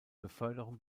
beförderung